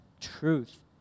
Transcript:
truth